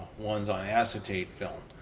ones on acetate film.